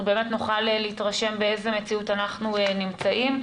באמת נוכל להתרשם באיזה מציאות אנחנו נמצאים.